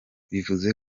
bivuze